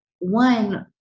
one